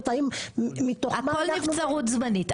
הכל נבצרות זמנית,